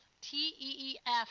T-E-E-F